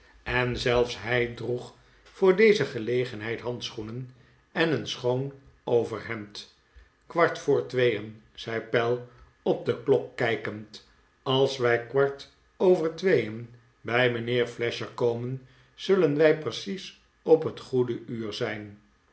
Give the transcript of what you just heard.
en zelfs hij droeg voor deze gelegenheid handschoenen en een schoon overhemd kwart voor tweeen zei pell op de klok kijkend als wij kwart over tweeen bij mijnheer flasher komen zullen wij precies op het goede uur zijn